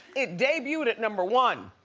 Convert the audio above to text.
it debuted at number one,